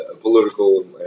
political